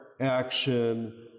action